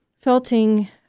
felting